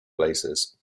places